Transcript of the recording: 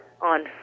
on